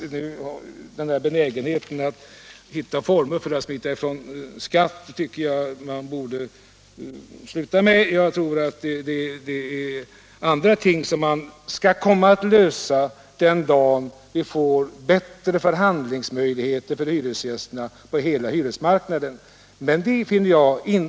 Fredagen den Benägenheten att försöka hitta former för att smita ifrån skatt tycker 18 mars 1977 jag dessutom att man borde lägga bort. Vi får försöka finna bättre löss = ningar den dag då hyresgästerna på hela hyresmarknaden får bättre för Om ökad rättvisa i handlingsmöjligheter.